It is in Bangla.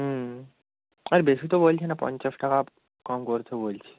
হুম আর বেশি তো বলছি না পঞ্চাশ টাকা কম করতে বলছি